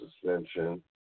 suspension